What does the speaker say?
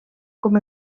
com